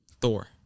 Thor